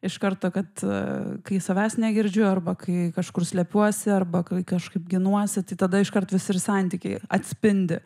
iš karto kad kai savęs negirdžiu arba kai kažkur slepiuosi arba kai kažkaip ginuosi tai tada iškart visi ir santykiai atspindi